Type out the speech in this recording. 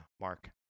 Mark